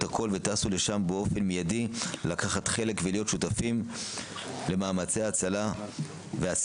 הכול וטסו לשם באופן מידי לקחת חלק ולהיות שותפים למאמצי ההצלה והסיוע.